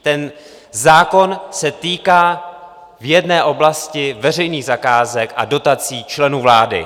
Ten zákon se týká v jedné oblasti veřejných zakázek a dotací členů vlády.